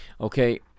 Okay